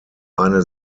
eine